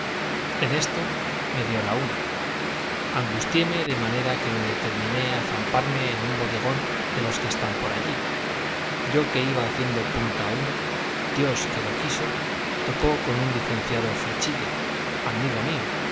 en esto me dio la una angustiéme de manera que me determiné a zamparme en un bodegón de los que están por allí yo que iba haciendo punta a uno dios que lo quiso topo con un licenciado flechilla amigo mío